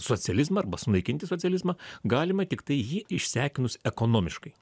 socializmą arba sunaikinti socializmą galima tiktai jį išsekinus ekonomiškai